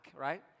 right